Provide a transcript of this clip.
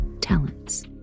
talents